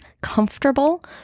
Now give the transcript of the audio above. comfortable